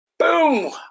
Boom